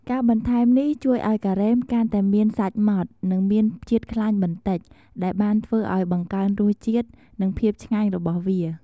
ការបន្ថែមនេះជួយឱ្យការ៉េមកាន់តែមានសាច់ម៉ដ្ឋ និងមានជាតិខ្លាញ់បន្តិច ដែលបានធ្វើអោយបង្កើនរសជាតិ និងភាពឆ្ងាញ់របស់វា។